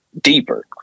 deeper